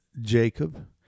Jacob